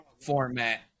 format